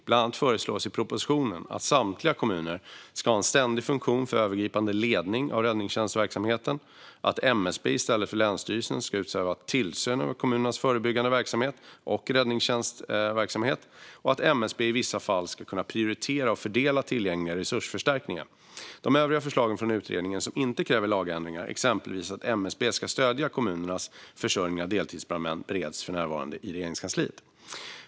Bland annat föreslås i propositionen att samtliga kommuner ska ha en ständig funktion för övergripande ledning av räddningstjänstverksamheten, att MSB - i stället för länsstyrelserna - ska utöva tillsyn över kommunernas förebyggande verksamhet och räddningstjänstverksamhet samt att MSB i vissa fall ska kunna prioritera och fördela tillgängliga förstärkningsresurser. De övriga förslag från utredningarna som inte kräver lagändringar, exempelvis att MSB ska stödja kommunernas försörjning av deltidsbrandmän, bereds för närvarande i Regeringskansliet.